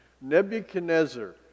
Nebuchadnezzar